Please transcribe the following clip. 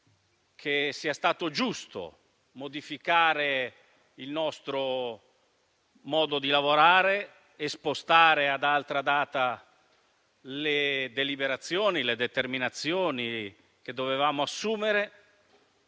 che sia stato giusto modificare il nostro modo di lavorare e spostare ad altra data le determinazioni che dovevamo assumere.